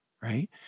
right